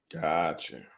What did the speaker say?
Gotcha